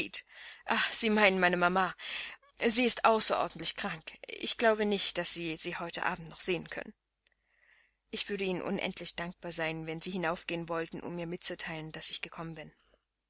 sie meinen meine mama sie ist außerordentlich krank ich glaube nicht daß sie sie heute abend noch sehen können ich würde ihnen unendlich dankbar sein wenn sie hinaufgehen wollten um ihr mitzuteilen daß ich gekommen bin